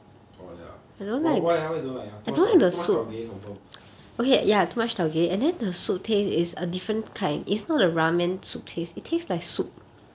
oh ya but why ah why you don't like ah too much tau~ too much taugeh confirm